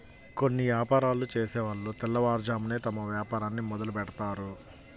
కొన్ని యాపారాలు చేసేవాళ్ళు తెల్లవారుజామునే తమ వ్యాపారాన్ని మొదలుబెడ్తారు